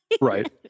Right